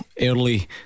early